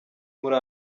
muri